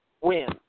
Win